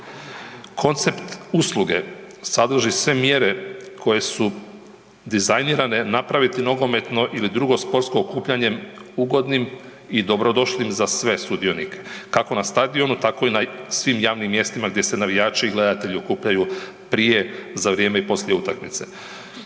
Koncept usluge sadrži sve mjere koje su dizajnirane napraviti nogometno ili drugo sportsko okupljanje ugodnim i dobrodošlim za sve sudionike, kako na stadionu, tako na svim javim mjestima gdje se navijači i gledatelji okupljaju prije, za vrijeme i poslije utakmice.